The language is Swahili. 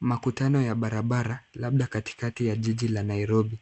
Makutano ya barabara labda katikati ya jiji la Nairobi.